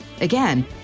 Again